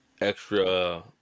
extra